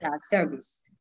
service